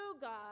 God